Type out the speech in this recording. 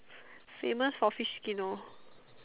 famous for fish Kino